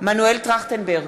מנואל טרכטנברג,